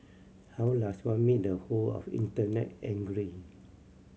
how does one make the whole of Internet angry